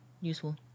useful